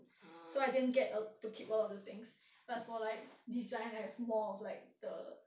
so I didn't get err to keep all of the things but for like design I have more of like the